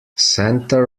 santa